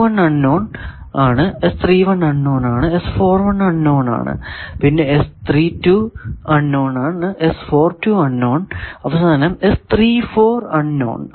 അൺ non ആണ് unknown ആണ് unknown ആണ് പിന്നെ അൺ നോൺ അൺ നോൺ അവസാനം അൺ നോൺ ആണ്